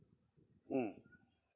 mm